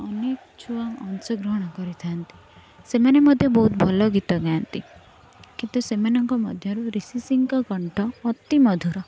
ଅନେକ ଛୁଆ ଅଂଶଗ୍ରହଣ କରିଥାନ୍ତି ସେମାନେ ମଧ୍ୟ ବହୁତ ଭଲ ଗୀତ ଗାଆନ୍ତି କିନ୍ତୁ ସେମାନଙ୍କ ମଧ୍ୟରୁ ରିଷି ସିଂଙ୍କ କଣ୍ଠ ଅତି ମଧୁର